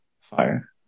fire